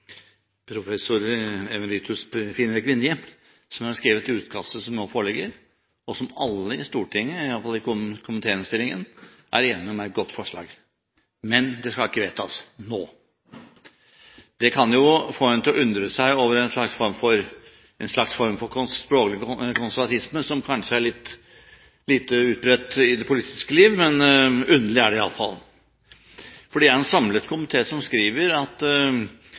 professor emeritus Finn-Erik Vinje som har skrevet det utkastet som nå foreligger, og som alle i Stortinget – iallfall i komitéinnstillingen – er enige om er et godt forslag. Men det skal ikke vedtas nå. Det kan jo få en til å undre seg over en slags form for språklig konservatisme som kanskje er litt lite utbredt i det politiske liv, men underlig er det iallfall. Det er en samlet komité som skriver at